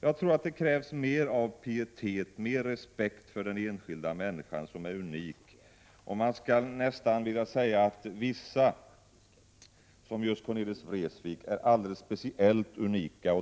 Jag tror att det krävs mer av pietet och mer av respekt för den enskilda människan, som är unik. Jag skulle nästan vilja säga att vissa människor, såsom just Cornelis Vreeswijk, är alldeles speciellt unika.